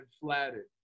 flattered